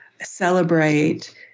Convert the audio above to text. celebrate